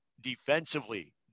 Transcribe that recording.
defensively